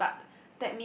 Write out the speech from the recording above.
yes but